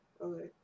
okay